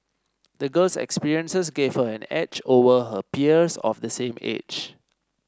the girl's experiences gave her an edge over her peers of the same age